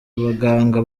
abaganga